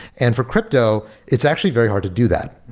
and for crypto, it's actually very hard to do that,